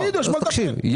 אכן,